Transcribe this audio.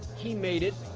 he made it.